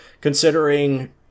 considering